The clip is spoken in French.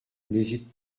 n’hésite